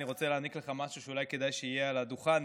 אני רוצה להעניק לך משהו שאולי כדאי שיהיה על הדוכן,